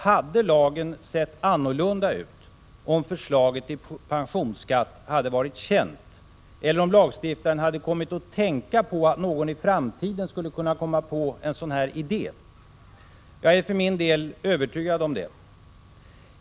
Hade lagen sett annorlunda ut om förslaget till pensionsskatt hade varit känt, eller om lagstiftaren hade kommit att tänka på att någon i framtiden skulle kunna komma på en sådan här idé? Jag är för min del övertygad om det.